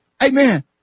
Amen